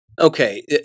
Okay